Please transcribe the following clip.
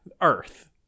Earth